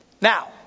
now